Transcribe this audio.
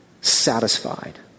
satisfied